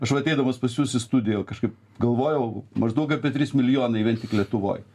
aš va ateidamas pas jus į studiją kažkaip galvojau maždaug apie trys milijonai vien tik lietuvoj